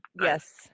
Yes